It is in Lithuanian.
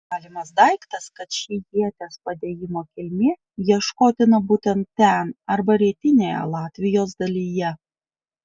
galimas daiktas kad ši ieties padėjimo kilmė ieškotina būtent ten arba rytinėje latvijos dalyje